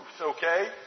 okay